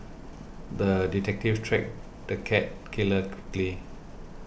the detective tracked the cat killer quickly